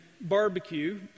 barbecue